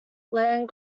land